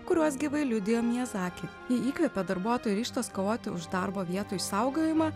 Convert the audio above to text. kuriuos gyvai liudijo miazaki jį įkvėpė darbuotojų ryžtas kovoti už darbo vietų išsaugojimą